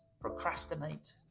procrastinate